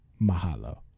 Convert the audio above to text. mahalo